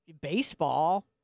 baseball